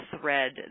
thread